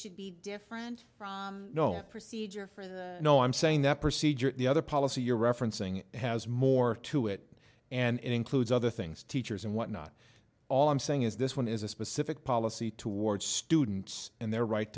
should be different from no procedure for the no i'm saying that procedure at the other policy you're referencing has more to it and includes other things teachers and what not all i'm saying is this one is a specific policy toward students and their right